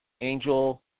Angel